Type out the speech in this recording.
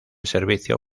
servicio